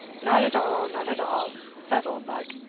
not at all, not at all, said oldbuck,